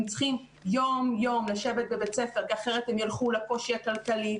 הם צריכים יום-יום לשבת בבית הספר כי אחרת הם ילכו לקושי הכלכלי,